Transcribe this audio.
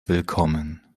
willkommen